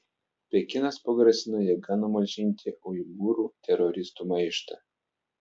pekinas pagrasino jėga numalšinti uigūrų teroristų maištą